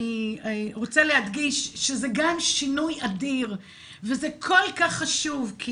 אני רוצה להדגיש שזה גם שינוי אדיר וזה כל-כך חשוב כי